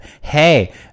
hey